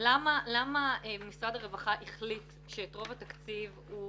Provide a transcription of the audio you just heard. למה משרד הרווחה החליט שאת רוב התקציב הוא